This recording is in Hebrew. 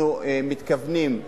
אנחנו מתכוונים,